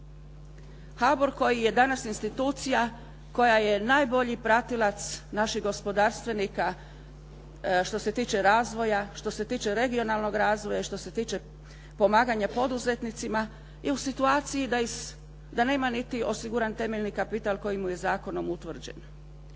HBOR koji je danas institucija koja je najbolji pratilac naših gospodarstvenika što se tiče razvoja, što se tiče regionalnog razvoja i što se tiče pomaganja poduzetnicima i u situaciji da nema niti osiguran temeljni kapital koji mu je zakonom utvrđen.